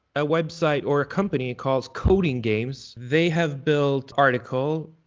a website or a company, called codigames, they have build article,